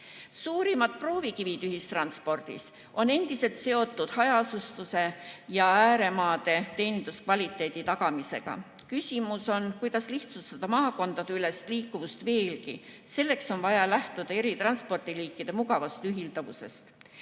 proovikivid ühistranspordis on endiselt seotud hajaasustuse ja ääremaade korral teeninduskvaliteedi tagamisega. Küsimus on, kuidas lihtsustada maakondadevahelist liikuvust veelgi. Selleks on vaja lähtuda eri transpordiliikide mugavast ühilduvusest.